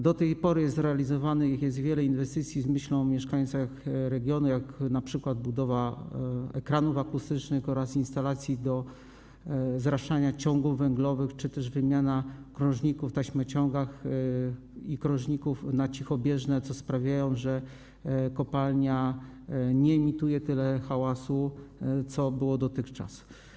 Do tej pory zrealizowanych jest wiele inwestycji z myślą o mieszkańcach regionu, np. budowa ekranów akustycznych oraz instancji do zraszania ciągów węglowych czy też wymiana krążników w taśmociągach na cichobieżne, co sprawia, że kopalnia nie emituje tyle hałasu, ile było dotychczas.